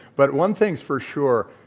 but one thing's for sure.